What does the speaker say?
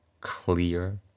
clear